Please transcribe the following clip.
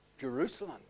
Jerusalem